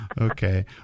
Okay